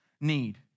need